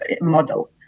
model